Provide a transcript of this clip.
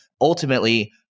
ultimately